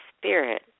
spirit